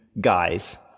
guys